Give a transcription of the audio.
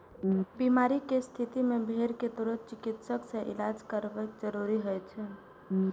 बीमारी के स्थिति मे भेड़ कें तुरंत चिकित्सक सं इलाज करायब जरूरी होइ छै